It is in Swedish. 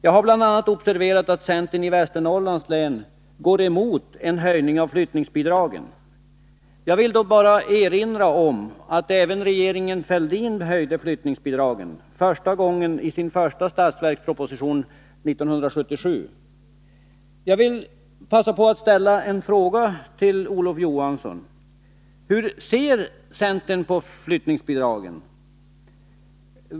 Jag har bl.a. observerat att centern i Västernorrlands län går emot en höjning av flyttningsbidragen. Jag vill då bara erinra om att även regeringen Fälldin höjde flyttningsbidragen, första gången i sin första budgetproposition 1977. Jag vill passa på att ställa en fråga till Olof Johansson: Hur ser centern på flyttningsbidragen?